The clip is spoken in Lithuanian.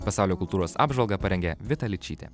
pasaulio kultūros apžvalgą parengė vita ličytė